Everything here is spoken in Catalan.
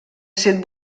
set